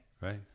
Right